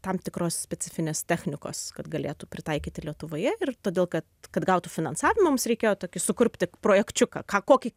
tam tikros specifinės technikos kad galėtų pritaikyti lietuvoje ir todėl kad kad gautų finansavimą mums reikėjo tokį sukurpti projekčiuką ką kokį